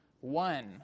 one